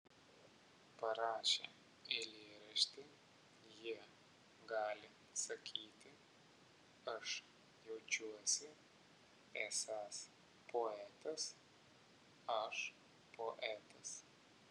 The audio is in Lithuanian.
parašę eilėraštį jie gali sakyti aš jaučiuosi esąs poetas aš poetas